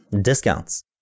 discounts